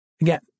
Again